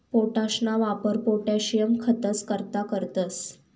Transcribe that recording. पोटाशना वापर पोटाशियम खतंस करता करतंस